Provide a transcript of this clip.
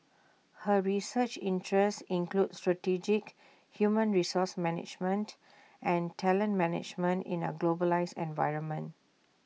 her research interests include strategic human resource management and talent management in A globalised environment